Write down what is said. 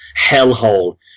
hellhole